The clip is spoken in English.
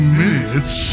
minutes